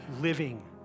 living